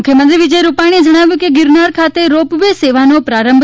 મુખ્યમંત્રી વિજયરૂપાણીએ જણાવ્યું કે ગિરનાર ખાતે રોપ વે સેવાનો પ્રારંભ